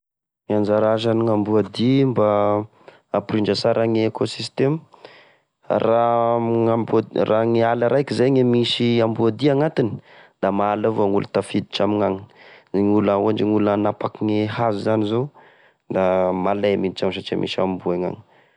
Ny anjara asan'ny amboadia mba hampirindra sara ny ekôsistema, raha ny amboad- raha gne ala raiky zay e misy amboadia agnatiny! Da mahala avao gn'olo tafiditra amignagny, da gn'olo, ohatra gn'olo hanapaky gne hazo zany zao da malay miditra agny satria misy amboa ignagny.